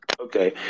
Okay